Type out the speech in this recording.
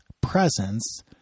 presence